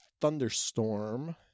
thunderstorm